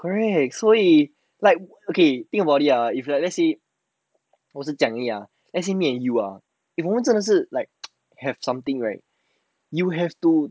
correct 所以 like okay think about it lah if like let's say 我是讲而已 ah let say me and you ah if 我们真的是 have something right you have to